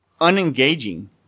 Unengaging